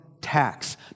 tax